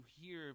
hear